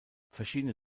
verschiedene